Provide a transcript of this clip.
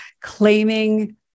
claiming